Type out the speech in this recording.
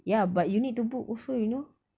ya but you need to book also you know